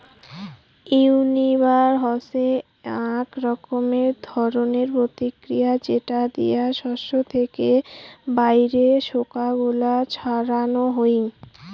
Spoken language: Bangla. উইন্নবার হসে আক রকমের ধরণের প্রতিক্রিয়া যেটা দিয়া শস্য থেকে বাইরের খোসা গুলো ছাড়ানো হই